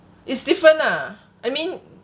it's different lah I mean